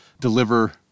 deliver